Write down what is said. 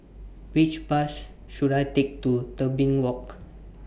Which Bus should I Take to Tebing Walk